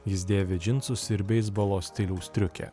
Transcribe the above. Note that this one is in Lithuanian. jis dėvi džinsus ir beisbolo stiliaus striukę